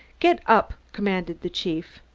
get up! commanded the chief.